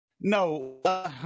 No